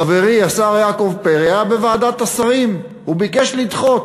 חברי השר יעקב פרי היה בוועדת השרים והוא ביקש לדחות.